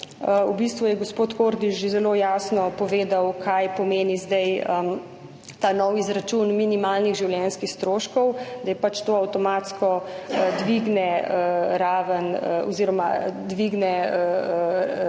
V bistvu je gospod Kordiš že zelo jasno povedal, kaj pomeni zdaj ta novi izračun minimalnih življenjskih stroškov, da to avtomatsko dvigne upravičence do denarne